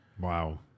wow